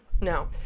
No